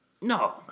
No